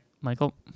Michael